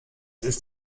ist